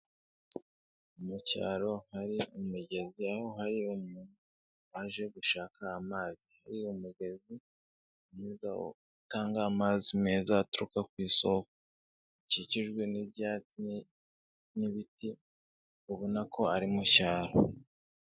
Mucyaro hari umugezi aho hari umuntu aje gushaka amazi kuri uwo mugezi mwiza utanga amazi meza, aturuka ku isoko hakikijwe n'ibyatsi n'ibiti ubona ko ari mu cyaro.